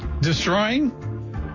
Destroying